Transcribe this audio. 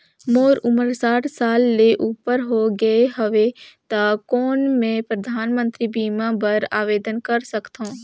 मोर उमर साठ साल ले उपर हो गे हवय त कौन मैं परधानमंतरी बीमा बर आवेदन कर सकथव?